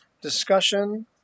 discussion